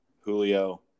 Julio